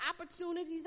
opportunities